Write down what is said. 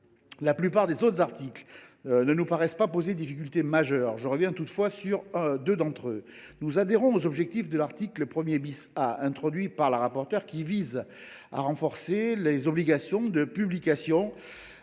La plupart des autres articles ne nous paraissent pas poser de difficultés majeures. Je reviendrai toutefois sur deux d’entre eux. Nous adhérons aux objectifs de l’article 1 A, introduit par la rapporteure, qui prévoit de renforcer les obligations de publication